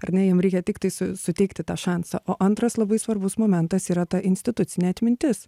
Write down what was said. ar ne jiem reikia tiktai su suteikti tą šansą o antras labai svarbus momentas yra ta institucinė atmintis